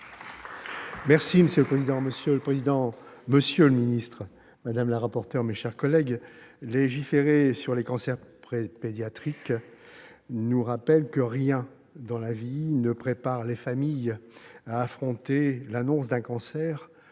Milon. Monsieur le président, monsieur le secrétaire d'État, madame la rapporteur, mes chers collègues, légiférer sur les cancers pédiatriques nous rappelle que rien, dans la vie, ne prépare les familles à affronter l'annonce d'un cancer